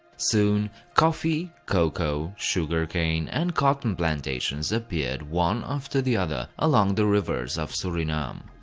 soon, coffee, cocoa, sugar cane and cotton plantations appeared one after the other along the rivers of surinam.